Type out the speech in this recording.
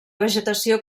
vegetació